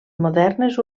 modernes